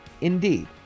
Indeed